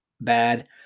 bad